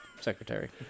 Secretary